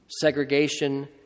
segregation